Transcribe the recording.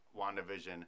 wandavision